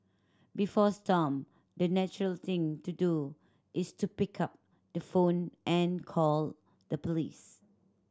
before Stomp the natural thing to do is to pick up the phone and call the police